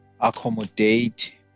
accommodate